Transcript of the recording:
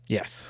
Yes